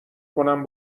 کنم